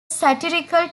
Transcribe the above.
satirical